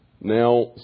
now